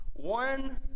One